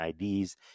IDs